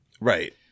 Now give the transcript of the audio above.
Right